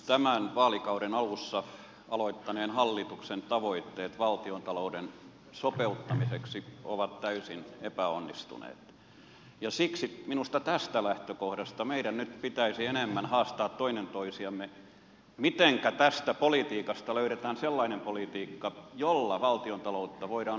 tämän vaalikauden alussa aloittaneen hallituksen tavoitteet valtiontalouden sopeuttamiseksi ovat täysin epäonnistuneet ja siksi minusta tästä lähtökohdasta meidän nyt pitäisi enemmän haastaa toinen tosiamme mitenkä tästä politiikasta löydetään sellainen politiikka jolla valtiontaloutta voidaan hoitaa paremmin